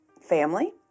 family